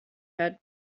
had